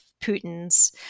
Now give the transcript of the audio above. putin's